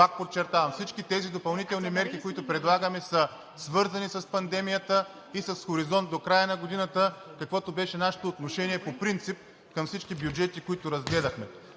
пак подчертавам, всички тези допълнителни мерки, които предлагаме, са свързани с пандемията и с хоризонт до края на годината, каквото беше нашето отношение по принцип към всички бюджети, които разгледахме.